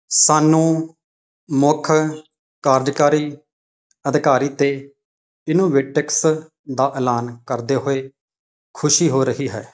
ਸਾਨੂੰ ਮੁੱਖ ਕਾਰਜਕਾਰੀ ਅਧਿਕਾਰੀ 'ਤੇ ਇਨੋਵੇਟਐਕਸ ਦਾ ਐਲਾਨ ਕਰਦੇ ਹੋਏ ਖੁਸ਼ੀ ਹੋ ਰਹੀ ਹੈ